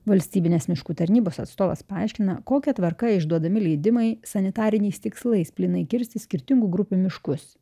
valstybinės miškų tarnybos atstovas paaiškina kokia tvarka išduodami leidimai sanitariniais tikslais plynai kirsti skirtingų grupių miškus